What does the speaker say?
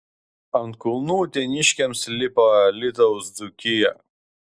ant kulnų uteniškiams lipa alytaus dzūkija